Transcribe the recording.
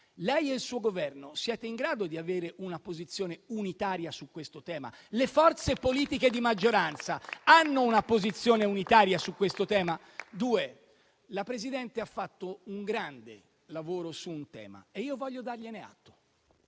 lei e il suo Governo siete in grado di avere una posizione unitaria su questo tema? Le forze politiche di maggioranza hanno una posizione unitaria su questo tema? Il secondo: la Presidente ha fatto un grande lavoro su un tema e io voglio dargliene atto,